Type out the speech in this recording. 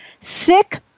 sick